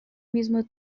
mismo